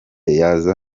yaza